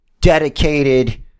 dedicated